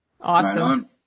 Awesome